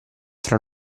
tra